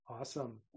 Awesome